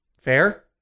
Fair